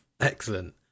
excellent